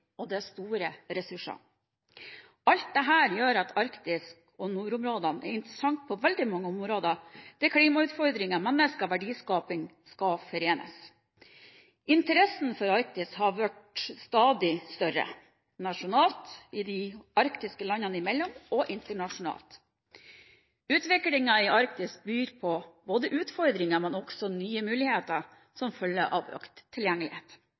og det er store ressurser. Alt dette gjør at Arktis og nordområdene er interessante på veldig mange områder, der klimautfordringer, mennesker og verdiskaping skal forenes. Interessen for Arktis har stadig blitt større – nasjonalt, i de arktiske landene imellom, og internasjonalt. Utviklingen i Arktis byr på utfordringer, men også på nye muligheter som følge av økt tilgjengelighet: